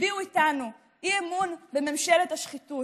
תצביעו איתנו אי-אמון בממשלת השחיתות.